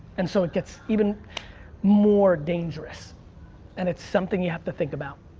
and so it gets even more dangerous and it's something you have to think about.